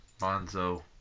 Bonzo